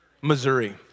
Missouri